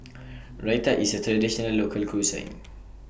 Raita IS A Traditional Local Cuisine